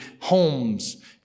homes